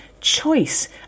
choice